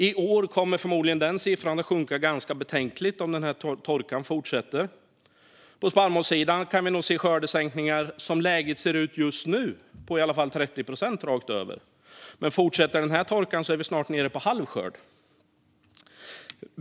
I år kommer den siffran förmodligen att höjas ganska betänkligt om denna torka fortsätter. Som läget ser ut just nu kan vi nog på spannmålssidan se minskningar av skörden på i alla fall 30 procent rakt över. Men om denna torka fortsätter är vi snart nere på halv skörd.